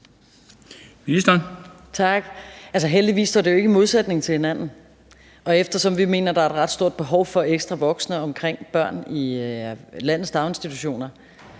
Tak. Heldigvis står det jo ikke i modsætning til hinanden. Og eftersom vi mener, at der er et ret stort behov for ekstra voksne omkring børn i landets daginstitutioner,